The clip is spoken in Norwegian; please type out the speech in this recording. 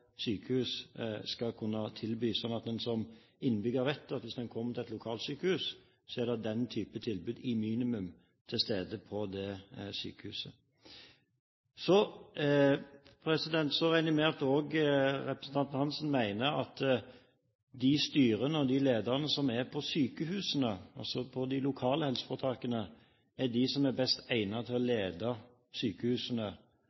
sykehus skal kunne tilby, slik at en som innbygger vet at hvis en kommer på et lokalsykehus, er det et minimum at en har den typen tilbud på det sykehuset. Så regner jeg med at også representanten Hansen mener at de styrene og lederne som er på sykehusene, altså i de lokale helseforetakene, er de som er best egnet til å